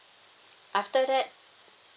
after that